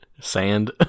Sand